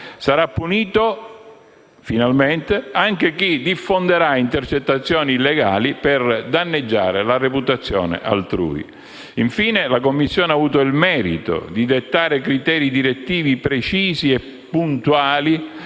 Sarà punito, finalmente, anche chi diffonderà intercettazioni illegali per danneggiare la reputazione altrui. Infine, la Commissione ha avuto il merito di dettare criteri direttivi precisi e puntuali